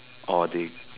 or they